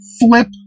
flip